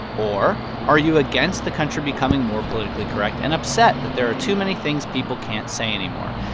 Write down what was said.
or are you against the country becoming more politically correct and upset that there are too many things people can't say anymore?